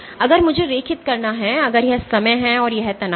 अगर मुझे रेखित करना है अगर यह समय है और यह तनाव है